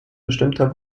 bestimmter